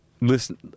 Listen